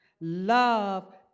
Love